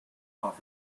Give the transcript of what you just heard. off